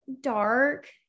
dark